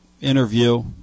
interview